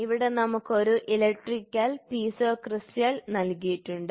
ഇവിടെ നമുക്ക് ഒരു ഇലക്ട്രിക്കൽ പീസോ ക്രിസ്റ്റൽ നൽകിയിട്ടുണ്ട്